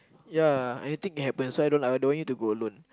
ya anything can happen so I don't like I don't want you to go alone